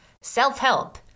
self-help